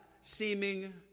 seeming